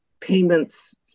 payments